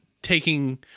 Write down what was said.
taking